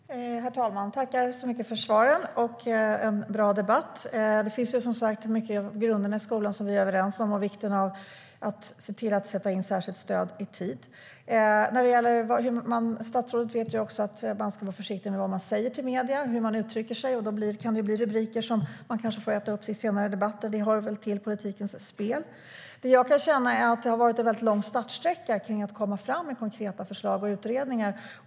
Herr talman! Jag tackar så mycket för svaren. Det har varit en bra debatt. Det finns mycket i grunderna i skolan som vi är överens om, särskilt vikten av att sätta in särskilt stöd i tid. Jag känner att det har varit en lång startsträcka med att komma fram med konkreta förslag och utredningar.